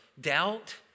doubt